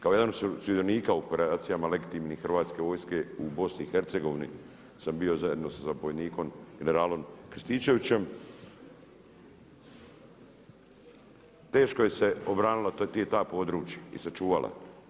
Kao jedan od sudionika u operacijama legitimnim Hrvatske vojske u BiH sam bio zajedno sa zapovjednikom generalom Krstičevićem, teško su se obranila ta područja i sačuvala.